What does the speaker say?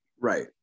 right